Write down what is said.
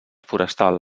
forestal